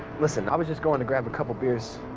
listen, i was just going to grab a couple beers.